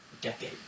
decade